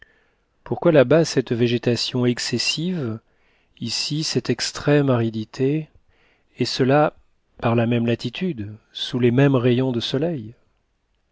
pourquoi là-bas cette végétation excessive ici cette extrême aridité et cela par la même latitude sous les mêmes rayons de soleil